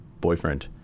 Boyfriend